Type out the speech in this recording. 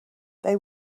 they